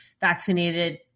vaccinated